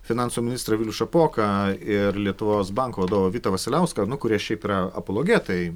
finansų ministrą vilių šapoką ir lietuvos banko vadovą vitą vasiliauską nu kurie šiaip yra apologetai